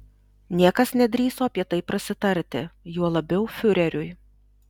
niekas nedrįso apie tai prasitarti juo labiau fiureriui